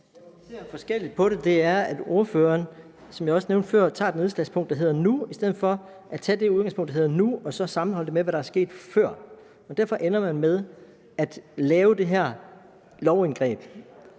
vi ser forskelligt på det, er, at hr. Flemming Møller Mortensen – som jeg også nævnte før – tager et udgangspunkt, der hedder nu, i stedet for at tage det udgangspunkt, der hedder nu, og så sammenholde det med, hvad der er sket før. Derfor ender man med at lave det her lovindgreb